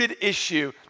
issue